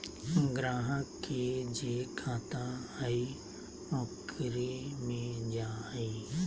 ग्राहक के जे खाता हइ ओकरे मे जा हइ